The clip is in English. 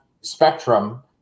Spectrum